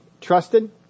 trusted